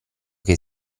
che